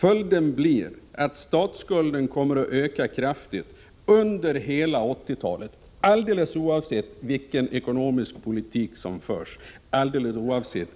Följden blir att statsskulden kommer att öka kraftigt under hela 1980-talet, alldeles oavsett vilken ekonomisk politik som förs — och i realiteten alldeles oavsett